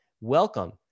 welcome